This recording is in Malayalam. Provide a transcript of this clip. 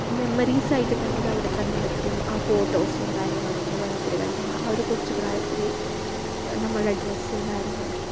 മെമ്മറീസ് ആയിട്ട് തന്നെ അത് അവിടെത്തന്നെ നിൽക്കും ആ ഫോട്ടോസും കാര്യങ്ങളും ഒക്കെ വെള്ളത്തിൽ കളിക്കുന്ന ആ ഒരു കൊച്ച് പ്രായത്തിൽ നമ്മളുടെ ഡ്രസ്സും കാര്യങ്ങളുമൊക്കെ